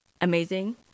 amazing